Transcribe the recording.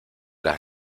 las